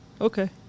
okay